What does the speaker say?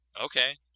Okay